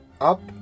up